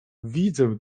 widzę